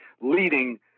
leading